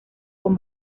con